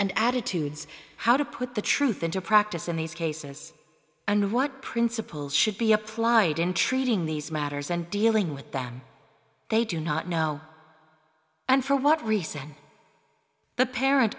and attitudes how to put the truth into practice in these cases and what principles should be applied in treating these matters and dealing with that they do not know and for what reason the parent